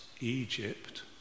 Egypt